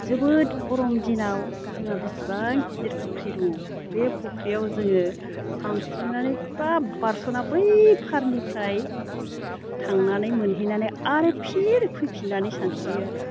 जोबोद गरम दिनाव जोङो बेसेबां गिदिर फख्रि दङ बे फख्रियाव जोङो सानस्रिनानै पुरा बारस'नानै बै फारनिफ्राय थांनानै मोनहैनानै आरो फिन फैफिननानै सानस्रियो आरो